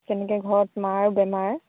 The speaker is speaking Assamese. তেনেকে ঘৰত মাৰো বেমাৰ